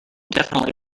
definitely